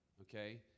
okay